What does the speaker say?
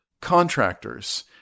contractors